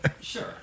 Sure